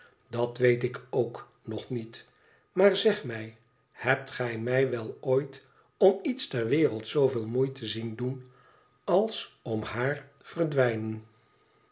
dat weet ik k nog niet maar zeg mij hebt gij mij wel ooit om iets ter wereld zooveel moeite zien doen als om haar verdwijnen